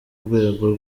rwego